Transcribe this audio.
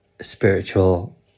spiritual